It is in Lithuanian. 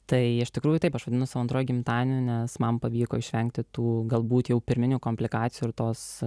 tai iš tikrųjų taip aš vadinu savo antruoju gimtadieniu nes man pavyko išvengti tų galbūt jau pirminių komplikacijų ir tos